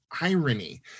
Irony